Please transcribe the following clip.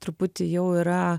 truputį jau yra